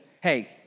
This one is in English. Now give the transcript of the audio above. hey